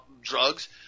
drugs